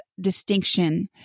distinction